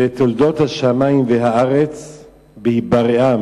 אלה תולדות השמים והארץ בהיבראם,